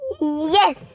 Yes